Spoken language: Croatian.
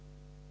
Hvala.